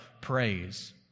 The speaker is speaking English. praise